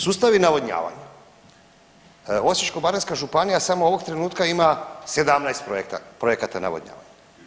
Sustavi navodnjavanja, Osječko-baranjska županija samo ovog trenutka 17 projekata navodnjavanja.